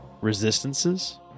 Resistances